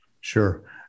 Sure